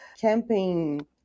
campaign